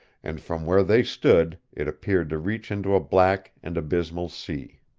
and from where they stood it appeared to reach into a black and abysmal sea.